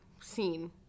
Scene